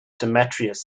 demetrius